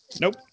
Nope